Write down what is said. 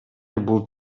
бул